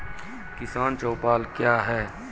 किसान चौपाल क्या हैं?